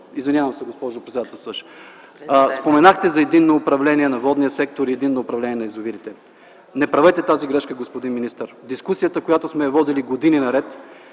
Извинявам се, госпожо председател. И накрая. Споменахте за единно управление на водния сектор и единно управление на язовирите. Не правете тази грешка, господин министър, дискусията, която сме водили години наред.